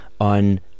on